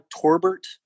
Torbert